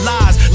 Lies